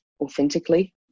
authentically